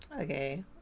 Okay